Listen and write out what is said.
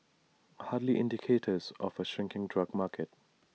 hardly indicators of A shrinking drug market